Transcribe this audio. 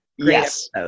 Yes